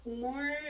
more